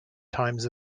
times